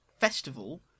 Festival